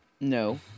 No